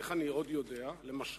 איך אני עוד יודע, למשל?